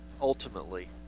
ultimately